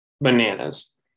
bananas